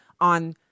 on